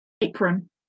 apron